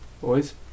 Boys